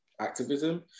activism